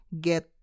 get